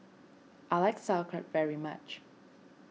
I like Sauerkraut very much